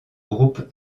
groupe